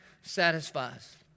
satisfies